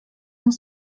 dans